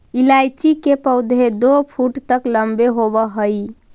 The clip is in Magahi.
इलायची के पौधे दो फुट तक लंबे होवअ हई